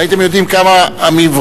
אם הייתם יודעים כמה מברקים